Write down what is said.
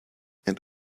and